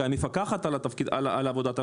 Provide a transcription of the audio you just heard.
מפקחת על עבודת הממשלה.